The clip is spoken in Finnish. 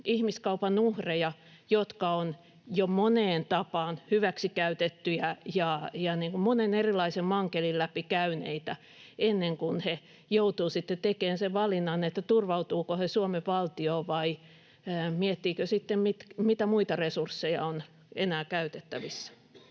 ihmiskaupan uhreja, jotka ovat jo moneen tapaan hyväksikäytettyjä ja monen erilaisen mankelin läpi käyneitä, ennen kuin he joutuvat sitten tekemään sen valinnan, turvautuvatko he Suomen valtioon vai miettivätkö sitten, mitä muita resursseja on enää käytettävissä.